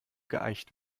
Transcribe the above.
geeicht